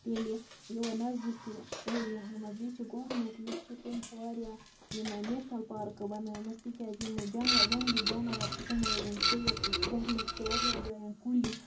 تیٚلہِ یور نزدیٖکی ایریاہَن منٛز بیٚیہِ چھُ گورمٮ۪نٛٹ یُس چھُ تٔمۍ چھِ واریاہ یِمہٕ نیشنَل پارکہٕ بَنایمَژٕ تِکیازِ یِم جَنگ جَنگلی جاناوار چھِ تِم روزَن سیف گورمٮ۪نٛٹ چھِ واریاہَن جایَن کُلۍ